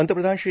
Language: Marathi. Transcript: पंतप्रधान श्री